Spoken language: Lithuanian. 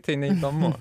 tai neįdomu